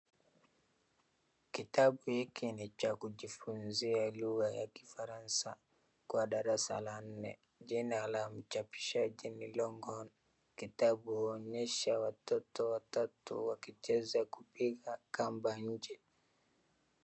Kitabu hiki ni cha kujifunzia lugha ya kifaransa kwa darasa la nne, jina la mchapishaji ni LONGHORN.Kitabu huonyesha watoto watatu wakicheza kupiga kamba nje.